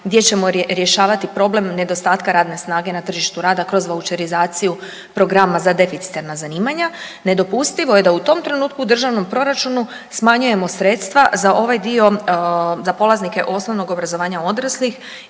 gdje ćemo rješavati problem nedostatka radne snage na tržištu rada kroz vaučerizaciju programa za deficitarna zanimanja nedopustivo je da u tom trenutku u državnom proračunu smanjujemo sredstva za ovaj dio za polaznike osnovnog obrazovanja odraslih